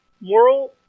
moral